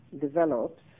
develops